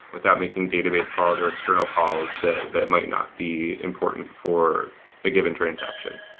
without making database calls or external calls that that might not be important for a given transaction.